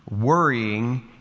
Worrying